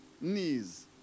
knees